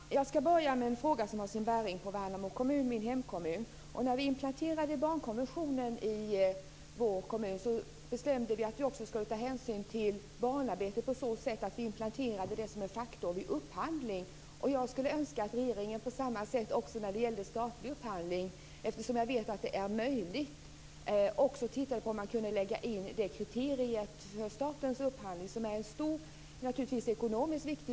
Fru talman! Jag skall börja med en fråga som har sin utgångspunkt i Värnamo kommun, min hemkommun. När vi implementerade konventionen i vår kommun bestämde vi att vi också skulle ta hänsyn till barnarbete på så sätt att vi implementerade det som en faktor vid upphandling. Jag skulle önska att regeringen på samma sätt, eftersom jag vet att det är möjligt, tittar på om man kan lägga in det här kriteriet vid statlig upphandling, som är en stor ekonomisk bit.